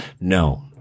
no